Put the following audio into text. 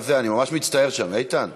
אני ממש מצטער, שם, איתן.